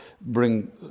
bring